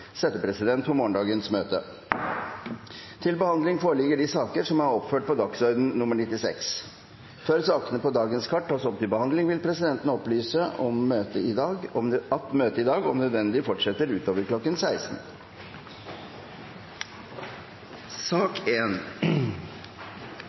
settepresident for morgendagens møte. Før sakene på dagens kart tas opp til behandling, vil presidenten opplyse om at møtet om nødvendig fortsetter utover kl. 16. Etter ønske fra energi- og miljøkomiteen vil presidenten